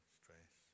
stress